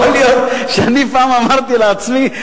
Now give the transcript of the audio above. יכול להיות שאני פעם אמרתי לעצמי,